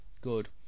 good